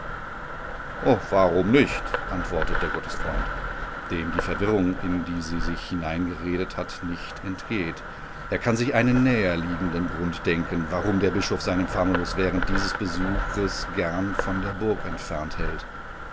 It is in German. o warum nicht antwortet der gottesfreund dem die verwirrung in die sie sich hineingeredet hat nicht entgeht er kann sich einen näherliegenden grund denken warum der bischof seinen famulus während dieses besuches gern von der burg entfernt hält